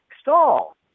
stall